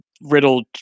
riddled